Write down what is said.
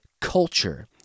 culture